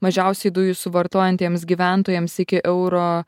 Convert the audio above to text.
mažiausiai dujų suvartojantiems gyventojams iki euro